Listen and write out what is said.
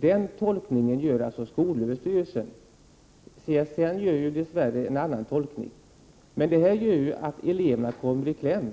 Skolöverstyrelsen gör alltså den tolkningen, medan CSN dess värre gör en annan tolkning. Det innebär att eleverna kommer i kläm.